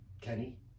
Kenny